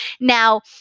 Now